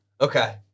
Okay